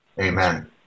Amen